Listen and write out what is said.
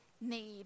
need